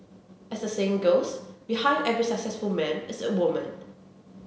as the saying goes Behind every successful man is a woman